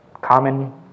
common